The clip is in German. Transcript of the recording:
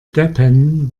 deppen